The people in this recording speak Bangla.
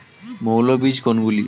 মৌল বীজ কোনগুলি?